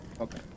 okay